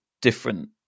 different